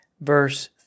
verse